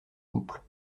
couples